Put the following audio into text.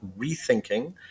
rethinking